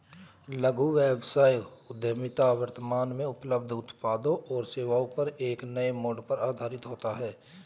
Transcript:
लघु व्यवसाय उद्यमिता वर्तमान में उपलब्ध उत्पादों और सेवाओं पर एक नए मोड़ पर आधारित होता है